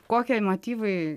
kokie motyvai